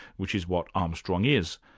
which is what armstrong is.